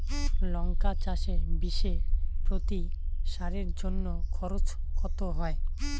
লঙ্কা চাষে বিষে প্রতি সারের জন্য খরচ কত হয়?